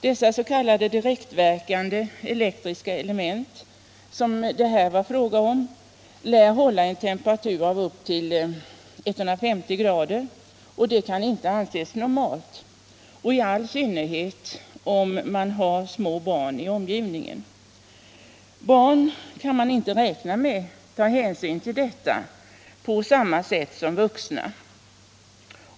Dessa s.k. direktverkande 39 elektriska element, som det här är fråga om, lär hålla en temperatur på upp till 150 grader, vilket inte kan anses normalt, i all synnerhet om det finns små barn i omgivningen. Man kan inte räkna med att barn skall ta hänsyn på samma sätt som vuxna.